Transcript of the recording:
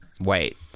Wait